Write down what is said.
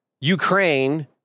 Ukraine